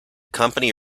company